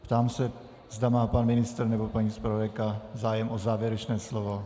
Ptám se, zda má pan ministr nebo paní zpravodajka zájem o závěrečné slovo.